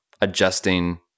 adjusting